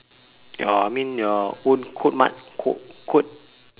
your I mean your own code mat code code